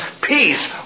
peace